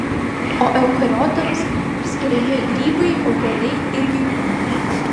o eukariotams priskiriami grybai augalai ir gyvūnai